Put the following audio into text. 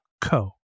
co